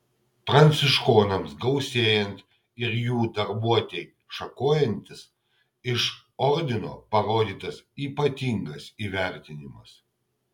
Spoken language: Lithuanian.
pranciškonams gausėjant ir jų darbuotei šakojantis iš ordino parodytas ypatingas įvertinimas